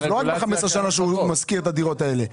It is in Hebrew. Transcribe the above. לא רק ב-15 שנה שהוא משכיר את הדירות האלה.